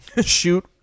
shoot